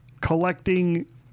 collecting